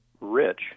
rich